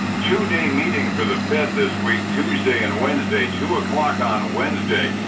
two-day meeting for the fed this week, tuesday and wednesday. two o'clock on wednesday,